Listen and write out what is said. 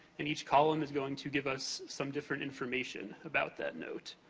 and each column is going to give us some different information about that note.